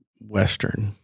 western